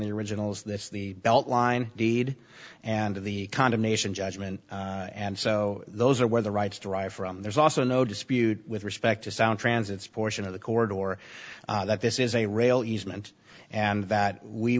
the originals that's the beltline deed and the condemnation judgment and so those are where the rights derive from there's also no dispute with respect to sound transit's portion of the chord or that this is a rail easement and that we